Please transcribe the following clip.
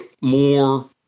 more